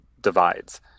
divides